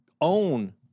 own